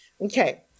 Okay